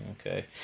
Okay